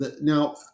now